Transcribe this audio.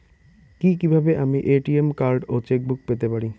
কি কিভাবে আমি এ.টি.এম কার্ড ও চেক বুক পেতে পারি?